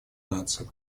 наций